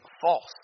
false